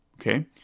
Okay